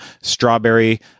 strawberry